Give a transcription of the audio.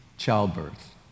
Childbirth